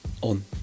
on